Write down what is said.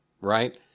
right